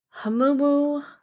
Hamumu